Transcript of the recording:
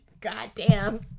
goddamn